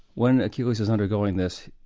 when achilles is undergoing this,